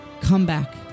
comeback